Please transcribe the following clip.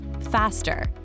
faster